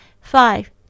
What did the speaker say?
Five